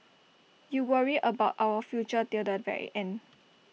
you worry about our future till the very end